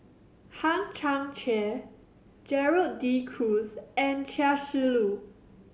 Hang Chang Chieh Gerald De Cruz and Chia Shi Lu